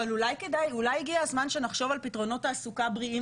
אבל אולי הגיע הזמן שנחשוב על פתרונות תעסוקה בריאים